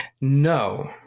No